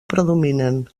predominen